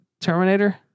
Terminator